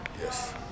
Yes